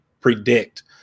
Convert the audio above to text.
predict